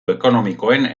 ekonomikoen